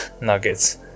nuggets